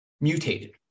mutated